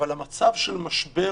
אבל המצב של משבר